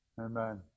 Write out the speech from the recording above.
Amen